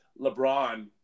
LeBron